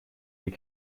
des